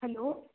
hello